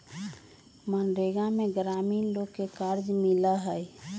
मनरेगा में ग्रामीण लोग के कार्य मिला हई